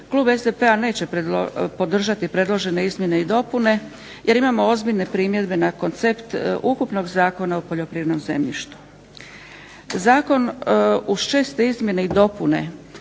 klub SDP-a neće podržati predložene izmjene i dopune jer imamo ozbiljne primjedbe na koncept ukupno Zakona o poljoprivrednom zemljištu. Zakon uz česte izmjene i dopune